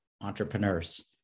Entrepreneurs